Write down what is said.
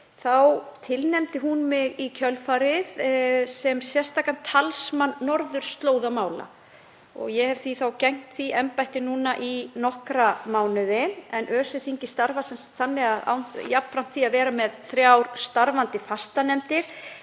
og tilnefndi hún mig í kjölfarið sem sérstakan talsmann norðurslóðamála. Ég hef því gegnt því embætti í nokkra mánuði en ÖSE-þingið starfar þannig að jafnframt því að vera með þrjár starfandi fastanefndir